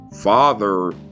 father